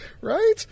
Right